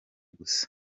gusa